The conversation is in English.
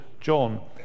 John